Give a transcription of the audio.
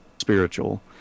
spiritual